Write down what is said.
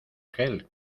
gel